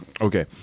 Okay